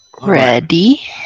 Ready